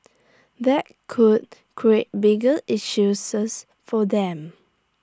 that could bigger issues for them